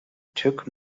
took